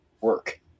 work